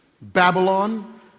Babylon